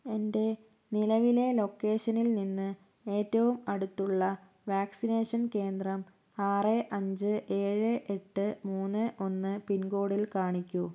എൻ്റെ നിലവിലെ ലൊക്കേഷനിൽ നിന്ന് ഏറ്റവും അടുത്തുള്ള വാക്സിനേഷൻ കേന്ദ്രം ആറ് അഞ്ച് ഏഴ് എട്ട് മൂന്ന് ഒന്ന് പിൻകോഡിൽ കാണിക്കൂ